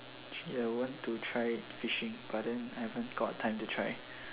ya I want to try fishing but then I haven't got time to try